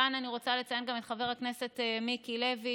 כאן אני רוצה לציין גם את חבר הכנסת מיקי לוי,